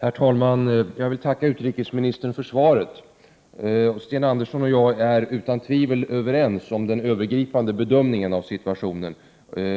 Herr talman! Jag vill tacka utrikesministern för svaret. Sten Andersson och 29 maj 1989 jag är utan tvivel överens om den övergripande bedömningen av situationen,